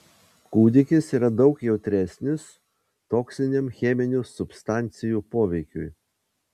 kūdikis yra daug jautresnis toksiniam cheminių substancijų poveikiui